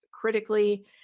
critically